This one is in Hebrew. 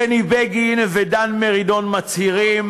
בני בגין ודן מרידור מצהירים: